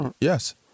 Yes